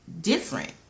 different